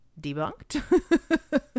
debunked